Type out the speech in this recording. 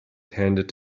handed